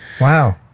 Wow